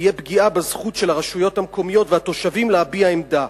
ותהיה פגיעה בזכות של הרשויות המקומיות והתושבים להביע עמדה.